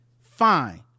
fine